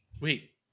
Wait